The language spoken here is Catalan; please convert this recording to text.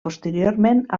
posteriorment